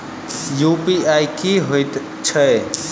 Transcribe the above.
UPI की हएत छई?